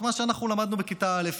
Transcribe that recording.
מה שאנחנו למדנו בכיתה א'.